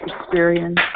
experience